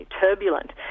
turbulent